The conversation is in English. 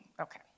okay